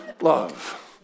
love